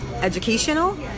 educational